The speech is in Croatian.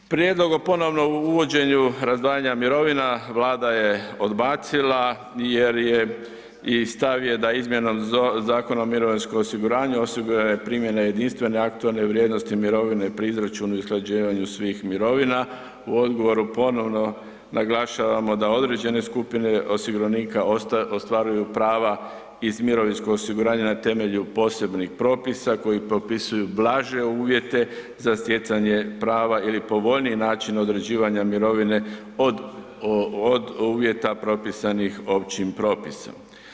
Prijedlog o ponovno uvođenju razdvajanja mirovina, Vlada je odbacila jer je i stavio da izmjenom Zakona o mirovinskom osiguranju, osigurane primjene jedinstvene aktualne vrijednosti mirovine pri izračunu i usklađivanju svih mirovina, u odgovoru ponovno naglašavamo da određene skupine osiguranika ostvaruju prava iz mirovinskog osiguranja na temelju posebnih propisa koji propisuje blaže uvjete za stjecanje prava ili povoljniji način određivanja mirovine od uvjeta propisanih općim propisima.